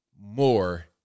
more